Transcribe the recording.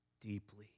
deeply